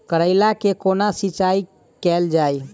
करैला केँ कोना सिचाई कैल जाइ?